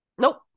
nope